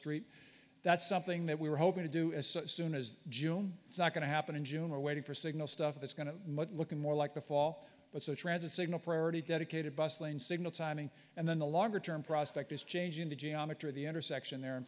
street that's something that we were hoping to do as soon as june it's not going to happen in june or waiting for signal stuff it's going to look more like the fall but the transit signal priority dedicated bus lane signal timing and then the longer term prospect is changing the geometry of the intersection there in